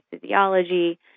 physiology